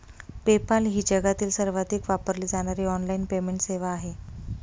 PayPal ही जगातील सर्वाधिक वापरली जाणारी ऑनलाइन पेमेंट सेवा आहे